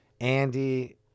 Andy